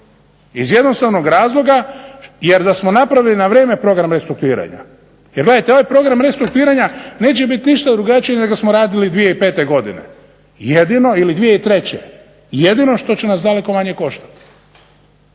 iz jednostavnog razloga jer da smo na vrijeme napravili program restrukturiranja, jer gledajte ovaj program restrukturiranja neće biti ništa drugačiji nego smo radili 2005. godine ili 2003., jedino što će nas daleko manje koštati,